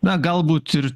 na galbūt ir